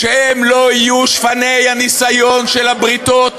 לא יהיו שפני הניסיון של הבריתות